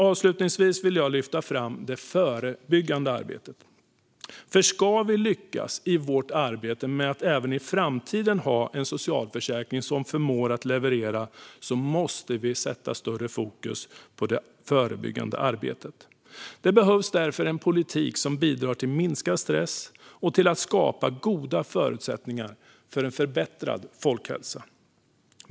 Avslutningsvis vill jag lyfta fram det förebyggande arbetet. Om vi ska lyckas i vårt arbete med att ha en socialförsäkring som även i framtiden förmår att leverera måste vi ha större fokus på det förebyggande arbetet. Det behövs därför en politik som bidrar till minskad stress och till att skapa goda förutsättningar för en förbättrad folkhälsa.